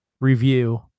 review